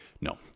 No